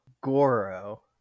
Goro